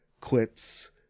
quits